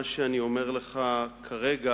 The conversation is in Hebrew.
מה שאני אומר לך כרגע